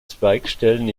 zweigstellen